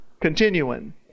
Continuing